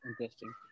interesting